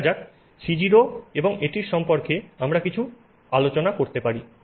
সুতরাং C0 এবং তারপরে এটির সম্পর্কে আমরা কিছু আলোচনা করতে পারি